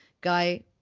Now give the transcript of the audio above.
guy